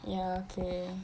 ya okay